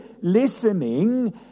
listening